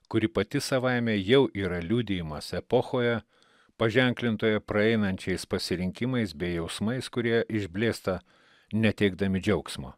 kuri pati savaime jau yra liudijimas epochoje paženklintoje praeinančiais pasirinkimais bei jausmais kurie išblėsta neteikdami džiaugsmo